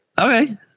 Okay